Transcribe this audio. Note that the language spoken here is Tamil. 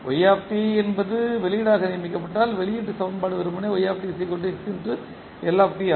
y என்பது வெளியீடாக நியமிக்கப்பட்டால் வெளியீட்டு சமன்பாடு வெறுமனேஆகும்